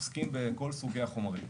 עוסקים בכל סוגי החומרים.